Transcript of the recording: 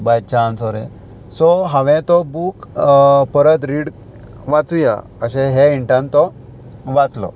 बाय chance ओरें सो हांवें तो बूक परत रीड वाचूया अशें हे इंटान तो वाचलो